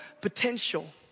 potential